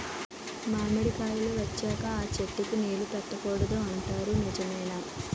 మామిడికాయలు వచ్చాక అ చెట్టుకి నీరు పెట్టకూడదు అంటారు నిజమేనా?